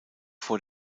vor